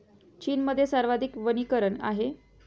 चीनमध्ये सर्वाधिक वनीकरण आहे